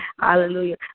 Hallelujah